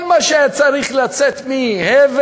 כל מה שהיה צריך לצאת מהבל,